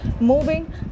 Moving